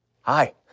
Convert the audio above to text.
Hi